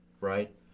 right